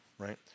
Right